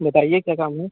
बताइए क्या काम है